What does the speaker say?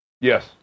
Yes